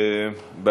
כבוד היושב-ראש,